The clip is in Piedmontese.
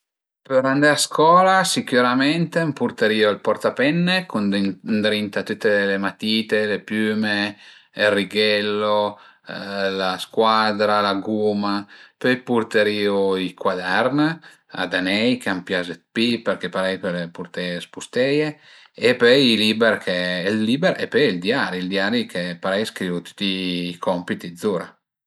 Për andé a scola sicürament m'purterìu ël portapenne cun ëndrinta tüte la matite, le piüme e ël righello, la scuadra, la guma, pöi purterìu i cuadern ad anei, ch'a m'pias d'pi perché parei pöle purteie, spusteie e pöi i liber che ël liber e ël diari, ël diari che parei scrivu tüti i compiti zura